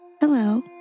Hello